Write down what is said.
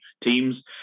teams